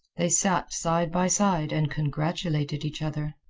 they sat side by side and congratulated each other.